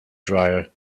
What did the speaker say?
dryer